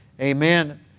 Amen